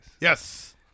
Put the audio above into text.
Yes